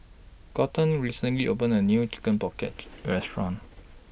Colton recently opened A New Chicken Pocket Restaurant